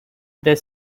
their